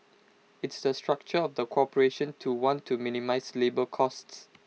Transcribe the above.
it's the structure of the corporation to want to minimise labour costs